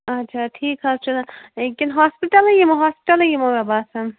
اَچھا ٹھیٖک حظ چھُ کِنہٕ ہاسپِٹَلٕے یِمو ہاسپِٹَلٕے یِمو مےٚ باسان